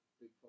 Big